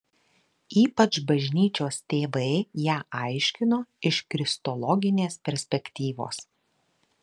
ypač bažnyčios tėvai ją aiškino iš kristologinės perspektyvos